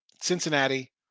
Cincinnati